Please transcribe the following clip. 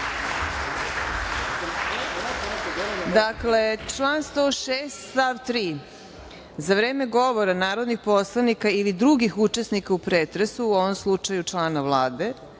Dakle, član. 106. stav 3. za vreme govora narodnih poslanika ili drugih učesnika u pretresu, u ovom slučaju člana Vlade,